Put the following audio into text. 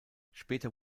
später